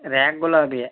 రేఖ గులాబీయే